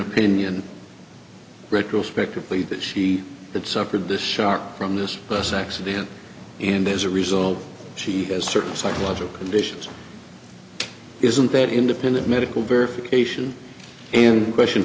opinion retrospectively that she had suffered this shark from this bus accident and as a result she has certain psychological visions isn't that independent medical verification in question